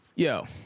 Yo